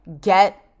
get